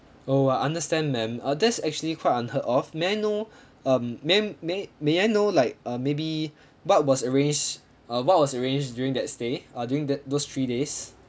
oh I understand ma'am uh that's actually quite unheard of may I know um may may may I know like uh maybe what was arranged uh what was arranged during that stay uh during that those three days